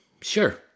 Sure